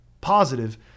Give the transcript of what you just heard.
positive